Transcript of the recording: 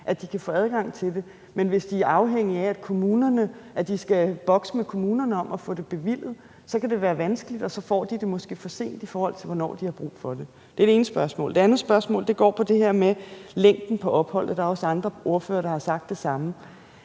at de kan få adgang til det, men hvis de er afhængige af, at de skal bokse med kommunerne om at få det bevilget, kan det være vanskeligt, og så får de det måske for sent i forhold til, hvornår de har brug for det. Det er det ene spørgsmål. Det andet spørgsmål går på det her med længden af opholdet. Der er også andre ordførere, der har sagt det samme.